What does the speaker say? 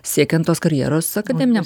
siekiant tos karjeros akademiniam